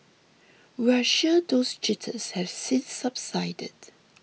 we're sure those jitters has since subsided